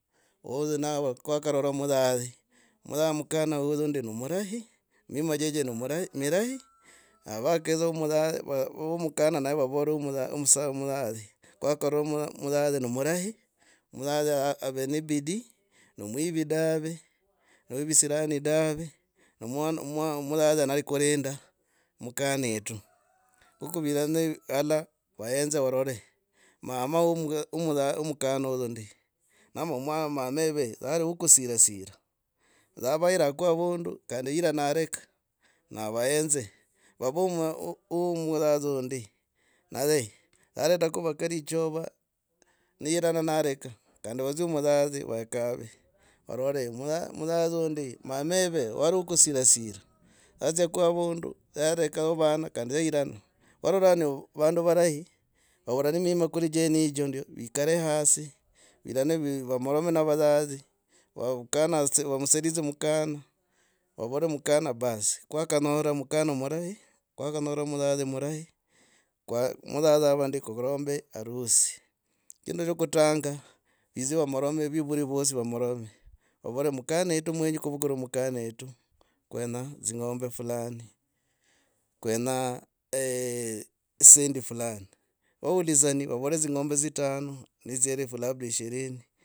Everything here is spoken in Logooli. Vozi nava kwakarora muzazi manya mukana ozu ndi nomurahi. mima cheche nomurahi. mirahi. Avakedzawa wa mukana navo vavara wa kwakarora omusaza nomurahi. musaza ave ne bidii, nomwivi dave. na vevisirani dave. ne musaza nakulinda mkanetu nikuvirana halala ohenze olole mama wa omusa omukana oya ndi, ama mama eve nali wa kusirasira adza avairako avundu kandi yirananeka na avaenze vawe wo omusadza ndi arehi naledako kavalichora ni yiranareka kandi vadzio wo musazi, vakave, varore musazi uyu ndi mama eve wali wa kusirasira. adziako avundu yarokao vana kandi yairana varora ni vandu varahi vavorane mima kuli genojo ndio vikale hasi, ulirane ualalome na wazazi. vo mukana aseritse mukana. vavore mukana. Baas kwakanyora mukana murahi kwakanyora myzazi muzazi murahi kwa muzazi avandiko kurombe harusi. kindu vyo katanga yidz. vamorome vivuli vosi vamorome vavoro mkana etu mwenyi kuvukura mkanaetu kwenya zing'ombe fulani, kwenya zisendi. fulani vaulisani vavore zing'ombe zitano ne dzielfu labda ishirini.